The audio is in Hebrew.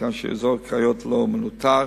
כך שאזור הקריות לא מנוטר,